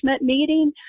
meeting